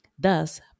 Thus